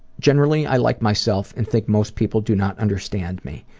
generally i like myself and think most people do not understand me.